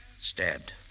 Stabbed